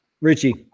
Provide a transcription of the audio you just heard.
Richie